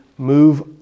Move